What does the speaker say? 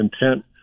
intent